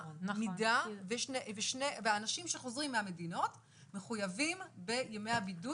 מידה והאנשים שחוזרים מהמדינות מחויבים בימי הבידוד,